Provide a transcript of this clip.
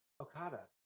Okada